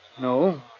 No